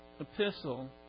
epistle